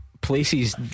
places